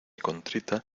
contrita